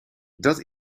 dat